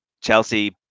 Chelsea